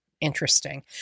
interesting